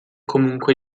comunque